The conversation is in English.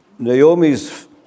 Naomi's